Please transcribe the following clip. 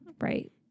Right